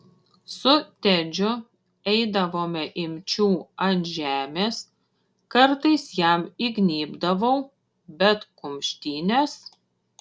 su tedžiu eidavome imčių ant žemės kartais jam įgnybdavau bet kumštynės